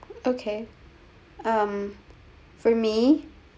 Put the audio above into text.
okay um for me